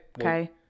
Okay